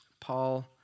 Paul